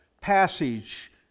passage